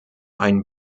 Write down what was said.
einen